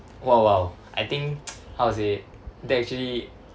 !wow! !wow! I think how to say that actually